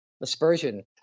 aspersion